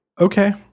Okay